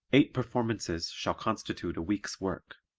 eight performances shall constitute a week's work.